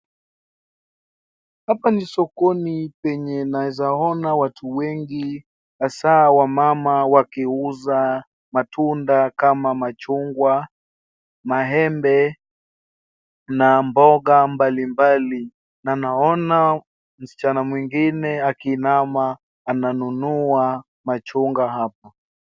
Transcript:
Hapa ni sokoni penye naeza ona watu wengi aswa wamama wakiuza matunda kama machungwa, maembe na mboga mbalimbali na naona msichana mwingine akiinama ananunua machungwa hapo.